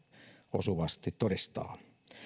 osuvasti todistaa